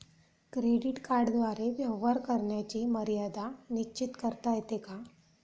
Credit कार्डद्वारे व्यवहार करण्याची मर्यादा निश्चित करता येते का?